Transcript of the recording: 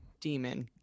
Demon